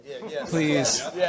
Please